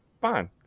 fine